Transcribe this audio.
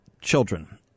children